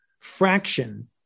fraction